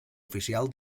oficial